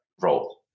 role